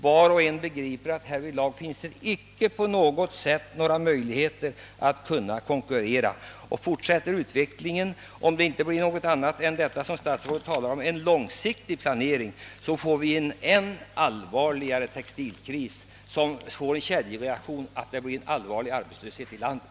Var och en begriper att det inte finns några som helst möjligheter att konkurrera. Fortsätter utvecklingen som hittills och det inte blir någonting annat än en långsiktig planering, som statsrådet talar om, får vi en ännu allvarligare textilkris, som kan utvecklas som en kedjereaktion till en allvarlig arbetslöshet här i landet.